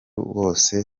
wose